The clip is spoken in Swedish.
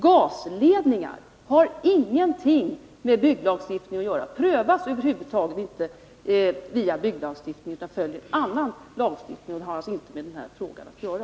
Gasledningar har ingenting med bygglagstiftningen att göra. De prövas över huvud taget inte via bygglagstiftningen utan följer annan lagstiftning. De har alltså inte med den här frågan att göra.